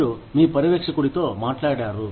మీరు మీ పర్యవేక్షకుడితో మాట్లాడారు